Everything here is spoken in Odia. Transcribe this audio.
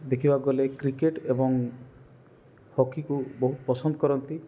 ଦେଖିବାକୁ ଗଲେ କ୍ରିକେଟ୍ ଏବଂ ହକିକୁ ବହୁତ ପସନ୍ଦ କରନ୍ତି